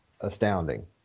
astounding